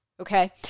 Okay